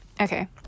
okay